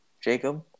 Jacob